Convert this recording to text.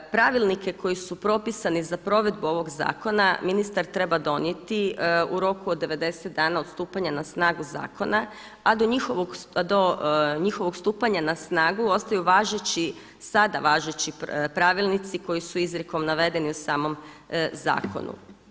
Pravilnike koji su propisani za provedbu ovog zakona, ministar treba donijeti u roku od 90 dana od stupanja na snagu zakona, a do njihovog stupanja na snagu ostaju važeći sada važeći pravilnici koji su izrijekom navedeni u samom zakonu.